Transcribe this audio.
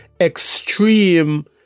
extreme